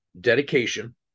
dedication